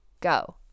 go